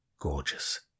Gorgeous